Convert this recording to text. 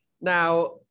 Now